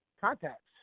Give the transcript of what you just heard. contacts